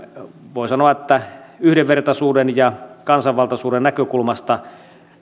voi sanoa yhdenvertaisuuden ja kansanvaltaisuuden näkökulmasta